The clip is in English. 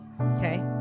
Okay